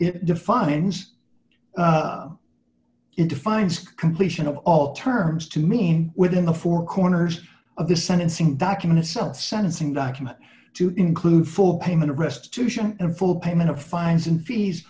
it defines it defines completion of all terms to mean within the four corners of the sentencing that can itself sentencing document to include full payment of restitution and full payment of fines and fees